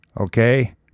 okay